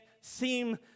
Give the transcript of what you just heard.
seem